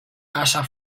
casa